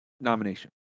nomination